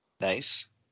Nice